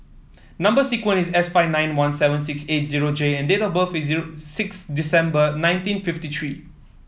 number sequence is S five nine one seven six eight zero J and date of birth is zero six December nineteen fifty three